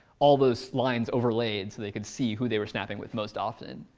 all those lines overlaid, so they could see who they were snapping with most often.